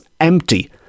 empty